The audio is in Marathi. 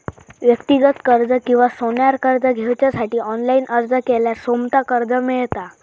व्यक्तिगत कर्ज किंवा सोन्यार कर्ज घेवच्यासाठी ऑनलाईन अर्ज केल्यार सोमता कर्ज मेळता